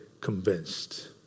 convinced